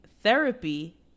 Therapy